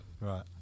Right